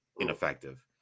ineffective